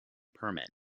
permit